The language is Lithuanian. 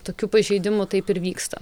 tokių pažeidimų taip ir vyksta